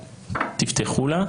בבקשה.